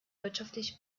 wirtschaftlich